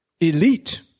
elite